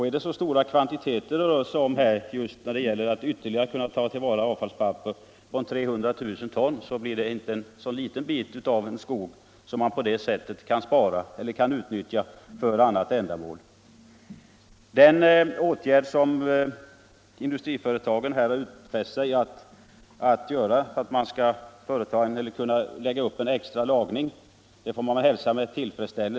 Är det så stora kvantiteter det rör sig om när det gäller att ytterligare ta till vara avfallspapper som 300 000 ton, motsvarar det sammanlagt en ganska stor skog som man på det sättet kan spara eller utnyttja för annat ändamål. Man får hälsa med tillfredsställelse att industriföretagen utfäst sig att lägga upp en extra lagring.